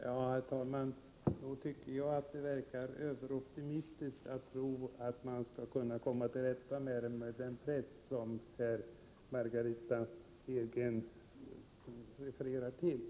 Herr talman! Nog tycker jag att det verkar överoptimistiskt att tro att man skall kunna komma till rätta med avarterna genom den press som Margitta Edgren refererar till.